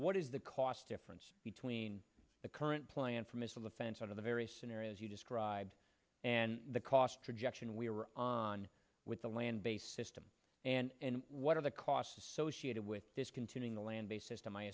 what is the cost difference between the current plan for missile defense under the various scenarios you described and the cost projection we are on with a land based system and what are the costs associated with this containing the land based system i